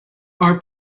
are